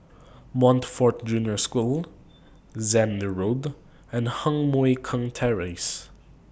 Montfort Junior School Zehnder Road and Heng Mui Keng Terrace